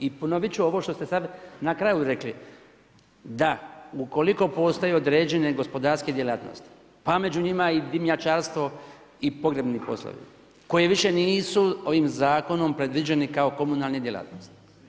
I ponovit ću ono što ste sada na kraju rekli, da ukoliko postoje određene gospodarske djelatnosti pa među njima dimnjačarstvo i pogrebni poslovi koji više nisu ovim zakonom predviđeni kao komunalne djelatnosti.